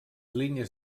línies